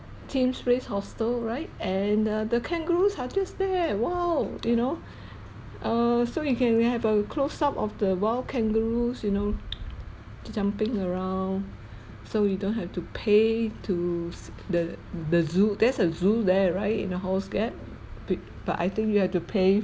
tim's place hostel right and uh the kangaroos are just there !wow! you know err so we can we have a close up of the wild kangaroos you know jumping around so we don't have to pay to s~ the the zoo there's a zoo there right in the halls gap but but I think you have to pay